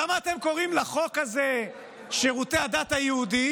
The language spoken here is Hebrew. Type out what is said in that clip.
למה אתם קוראים לחוק הזה שירותי הדת היהודיים?